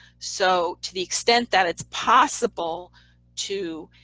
so to the extent that it's possible to,